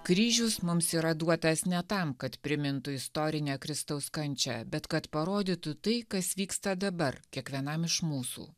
kryžius mums yra duotas ne tam kad primintų istorinę kristaus kančią bet kad parodytų tai kas vyksta dabar kiekvienam iš mūsų